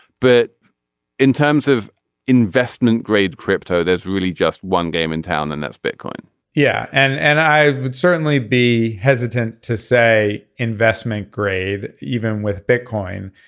but in terms of investment grade crypto there's really just one game in town and that's bitcoin yeah. and and i would certainly be hesitant to say investment grade even with bitcoin.